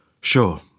Sure